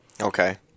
Okay